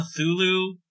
Cthulhu